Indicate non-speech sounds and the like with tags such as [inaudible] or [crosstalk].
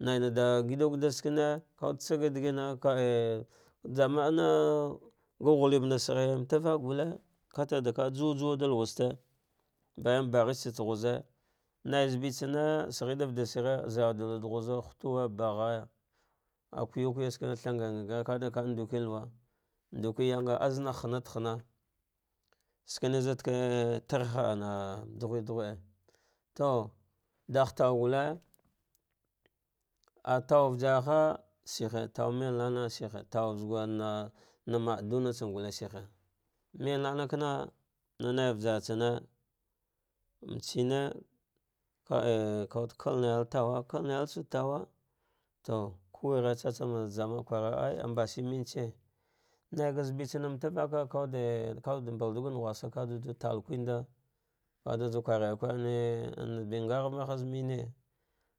nanadagadu gada skene >, kawud tsage digamma kale [unintelligible] jamaana ga ghuhbena saghan mata vaka gulle atanola jawa jawa ɗa lauwabte banyan ba yheste ghze nai zebe tsanne saghai ɗa fadashin zardilwy ghuze hutuwe ba ghaya ah kuya kwaya shima shin a thangargar kaɗa va nɗuki lauwa nduki lauwa nduki yamga aznahanaɗɗa hana shine zuɗ ka tra ha ana dughuɗe to ɗagh tauglle atau vajarha shini taume nana shihi, tauzagunna madunatsane gulle shihi melnana kana nan ai vajar tsome mbatsene kada kawude kalnawe tawa kev nawutsawudda tauwa to kuwere tsam tsam jamaa kwara ie ah mbashin meteee naiga zebetsan mtavaka, vawuɗe kawuɗe mbalɗu ga naghusha kazan juwa ɗa tal kwenɗa kade juw kwarare kwarn nne nghava haz mene.